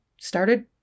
started